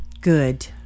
Good